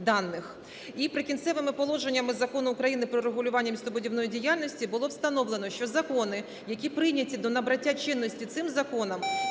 даних. І "Прикінцевими положеннями" Закону України "Про регулювання містобудівної діяльності" було встановлено, що закони, які прийняті на набрання чинності цим законом,